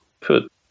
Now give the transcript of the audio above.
put